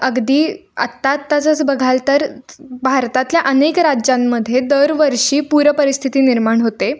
अगदी आत्ताआत्ताचंच बघाल तर भारतातल्या अनेक राज्यांमध्ये दरवर्षी पूरपरिस्थिती निर्माण होते